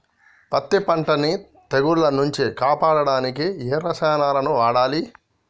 పత్తి పంటని తెగుల నుంచి కాపాడడానికి ఏ రసాయనాలను వాడాలి?